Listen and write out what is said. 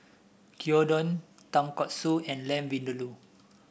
Gyudon Tonkatsu and Lamb Vindaloo